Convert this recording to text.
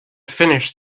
finished